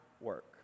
work